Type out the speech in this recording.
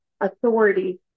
authority